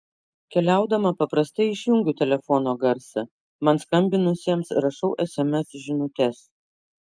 keliaudama paprastai išjungiu telefono garsą man skambinusiems rašau sms žinutes